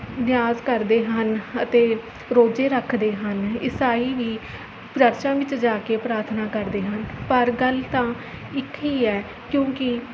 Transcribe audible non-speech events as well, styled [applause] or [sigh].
ਨਿਆਜ਼ ਕਰਦੇ ਹਨ ਅਤੇ ਰੋਜ਼ੇ ਰੱਖਦੇ ਹਨ ਈਸਾਈ ਵੀ [unintelligible] ਵਿੱਚ ਜਾ ਕੇ ਪ੍ਰਾਰਥਨਾ ਕਰਦੇ ਹਨ ਪਰ ਗੱਲ ਤਾਂ ਇੱਕ ਹੀ ਹੈ ਕਿਉਂਕਿ